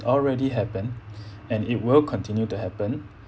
already happened and it will continue to happen